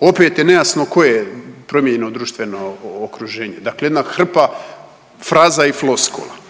Opet je nejasno koje je promijenjeno društveno okruženje. Dakle jedna hrpa fraza i floskula.